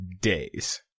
days